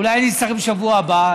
אולי אני אצטרך בשבוע הבא,